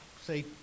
say